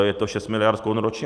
Je to cca 6 miliard korun ročně.